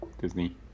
disney